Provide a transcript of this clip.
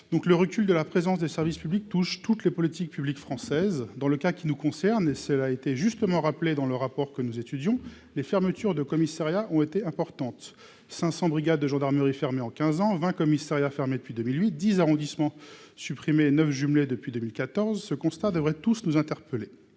le recul de la présence des services publics touche toutes les politiques publiques françaises dans le cas qui nous concerne et cela été justement rappelé dans le rapport que nous étudions les fermetures de commissariats ont été importantes, 500 brigades de gendarmerie fermé en 15 ans, 20 commissariats, fermé depuis 2008 10 arrondissements supprimer 9 jumelée depuis 2014 ce constat devrait tous nous interpeller.